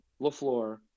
LaFleur